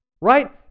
Right